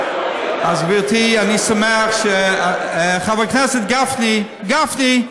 גברתי, אני שמח, חבר הכנסת גפני, גפני,